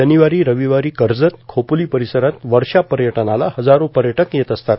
शनिवारी रविवारी कर्जत खोपोली परिसरात वर्षा पर्यटनाला हजारो पर्यटक येत असतात